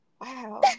Wow